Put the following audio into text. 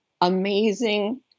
amazing